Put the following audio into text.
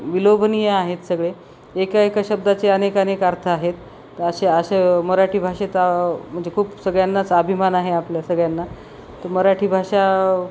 विलोभनीय आहेत सगळे एका एका शब्दाचे अनेक अनेक अर्थ आहेत तर असे असे मराठी भाषेचा म्हणजे खूप सगळ्यांनाच अभिमान आहे आपल्या सगळ्यांना तर मराठी भाषा